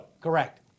Correct